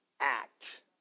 act